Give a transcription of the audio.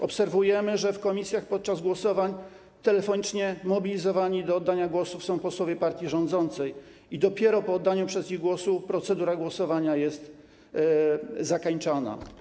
Obserwujemy, że w komisjach podczas głosowań telefonicznie mobilizowani do oddania głosów są posłowie partii rządzącej i dopiero po oddaniu przez nich głosów procedura głosowania jest zakańczana.